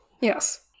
Yes